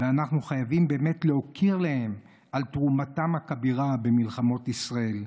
ואנחנו חייבים באמת להוקיר אותם על תרומתם הכבירה במלחמות ישראל.